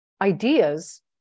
ideas